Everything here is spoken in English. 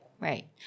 right